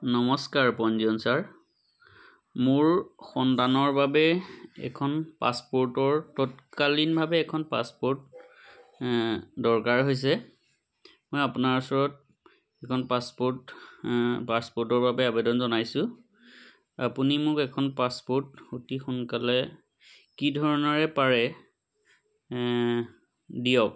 নমস্কাৰ পঞ্জীয়ন ছাৰ মোৰ সন্তানৰ বাবে এখন পাছপ'ৰ্টৰ তৎকালীনভাৱে এখন পাছপৰ্ট দৰকাৰ হৈছে মই আপোনাৰ ওচৰত এখন পাছপৰ্ট পাছপৰ্টৰ বাবে আবেদন জনাইছোঁ আপুনি মোক এখন পাছপৰ্ট অতি সোনকালে কি ধৰণৰে পাৰে দিয়ক